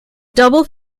double